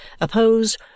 oppose